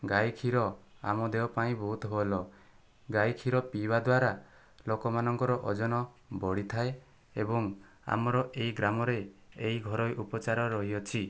ଗାଈକ୍ଷୀର ଆମ ଦେହ ପାଇଁ ବହୁତ ଭଲ ଗାଈକ୍ଷୀର ପିଇବା ଦ୍ୱାରା ଲୋକମାନଙ୍କର ଓଜନ ବଢ଼ିଥାଏ ଏବଂ ଆମର ଏଇ ଗ୍ରାମରେ ଏଇ ଘରୋଇ ଉପଚାର ରହିଅଛି